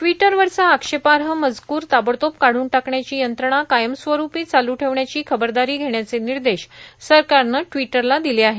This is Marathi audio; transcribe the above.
ट्विटरवरचा आक्षेपार्ह मजकूर ताबडतोब काढून टाकण्याची यंत्रणा कायमस्वरुपी चालू ठेवण्याची खबरदारी घेण्याचे निर्देश सरकारनं ट्विटरला दिले आहेत